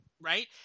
right